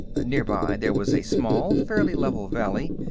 nearby, there was a small, fairly level valley,